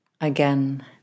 again